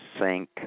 sink